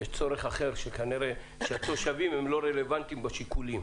כנראה יש צורך אחר שהתושבים לא רלוונטיים בשיקולים.